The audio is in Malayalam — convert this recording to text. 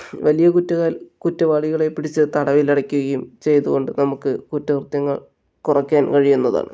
വലിയ കുറ്റങ്ങൾ കുറ്റവാളികളെ പിടിച്ച് തടവിലടയ്ക്കുകയും ചെയ്തുകൊണ്ട് നമുക്ക് കുറ്റകൃത്യങ്ങൾ കുറയ്ക്കാൻ കഴിയുന്നതാണ്